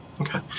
Okay